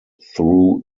through